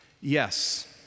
yes